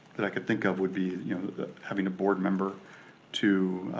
that i could think of would be you know having a board member to